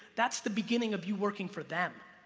that's the beginning of you working for them.